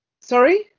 Sorry